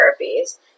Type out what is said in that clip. therapies